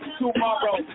tomorrow